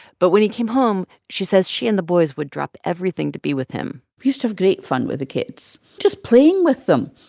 but when he came home, she says she and the boys would drop everything to be with him used to have great fun with the kids just playing with them,